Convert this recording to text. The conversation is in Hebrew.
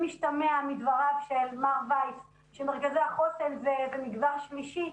אם השתמע מדבריו של מר וייס שמרכזי החוסן הם מגזר שלישי,